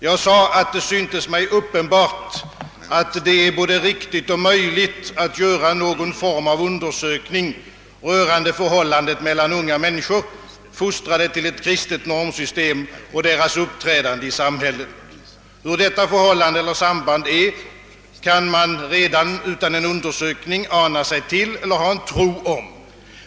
Jag sade, att det synes mig uppenbart, att det är både riktigt och möjligt att göra någon form av undersökning rörande förhållandet mellan unga människor, fostrade till ett kristet normsystem, och deras uppträdande i samhället. Hur detta förhållande eller samband är, kan man redan utan en undersökning ana sig till eller ha en tro om.